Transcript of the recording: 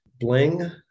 bling